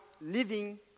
living